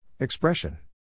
Expression